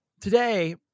today